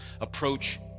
approach